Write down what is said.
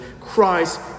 Christ